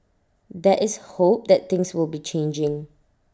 there is hope that things will be changing